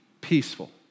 peaceful